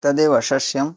तदेव सस्यम्